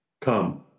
Come